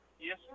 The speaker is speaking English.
Yes